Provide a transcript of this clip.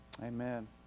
Amen